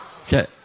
Okay